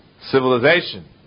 civilization